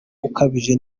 ukabije